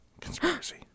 Conspiracy